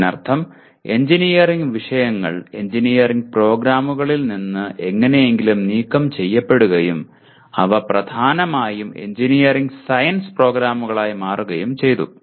അതിനർത്ഥം എഞ്ചിനീയറിംഗ് വിഷയങ്ങൾ എഞ്ചിനീയറിംഗ് പ്രോഗ്രാമുകളിൽ നിന്ന് എങ്ങനെയെങ്കിലും നീക്കം ചെയ്യപ്പെടുകയും അവ പ്രധാനമായും എഞ്ചിനീയറിംഗ് സയൻസ് പ്രോഗ്രാമുകളായി മാറുകയും ചെയ്തു